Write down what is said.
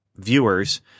viewers